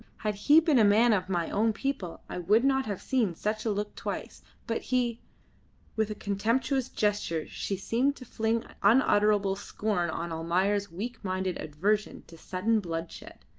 had he been a man of my own people i would not have seen such a look twice but he with a contemptuous gesture she seemed to fling unutterable scorn on almayer's weak-minded aversion to sudden bloodshed.